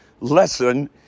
lesson